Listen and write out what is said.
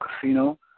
casino